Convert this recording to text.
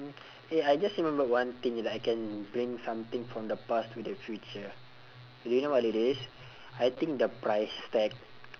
eh I just remembered one thing like I can bring something from the past to the future do you know what it is I think the price tag